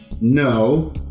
No